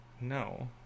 no